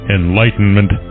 enlightenment